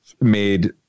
made